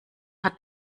hat